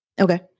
Okay